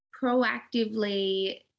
proactively